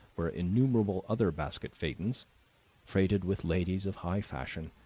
were innumerable other basket phaetons freighted with ladies of high fashion,